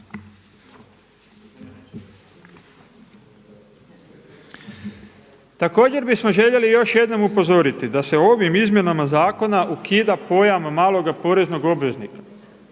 Također bismo željeli još jednom upozoriti da se ovim izmjenama zakona ukida pojam malog poreznog obveznika.